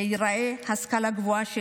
שתיראה ההשכלה הגבוהה שלי,